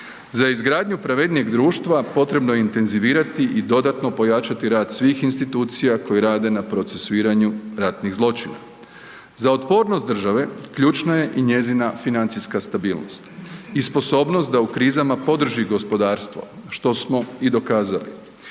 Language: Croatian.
Za izgradnju pravednijeg društva potrebno je intenzivirati i dodatno pojačati rad svih institucija koje rade na procesuiranju ratnih zločina. Za otpornost države ključna je i njezina financijska stabilnost i sposobnost da u krizama podrži gospodarstvo, što smo i dokazali.